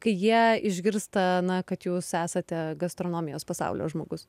kai jie išgirsta na kad jūs esate gastronomijos pasaulio žmogus